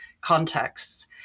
contexts